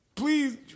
Please